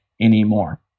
anymore